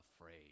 afraid